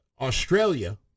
Australia